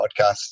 podcasts